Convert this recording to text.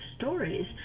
stories